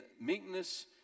meekness